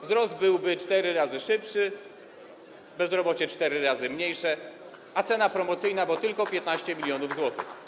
Wzrost byłby cztery razy szybszy, bezrobocie cztery razy mniejsze, a cena promocyjna, bo tylko 15 mln zł.